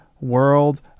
world